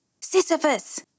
Sisyphus